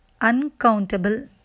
uncountable